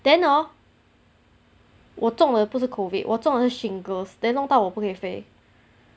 then hor 我中的不是 COVID 我中的是 shingles then 弄到我不可以飞